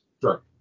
Sure